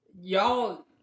y'all